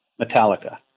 Metallica